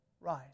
rise